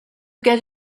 get